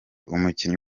umukinnyi